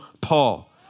Paul